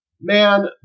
Man